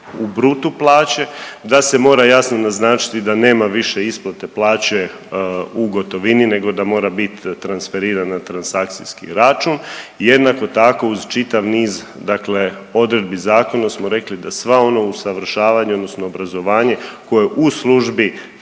u brutu plaće, da se mora jasno naznačiti da nema više isplate plaće u gotovini nego da mora bit transferirana na transakcijski račun i jednako tako uz čitav niz odredbi zakona smo rekli da sva ona usavršavanja odnosno obrazovanje koje u službi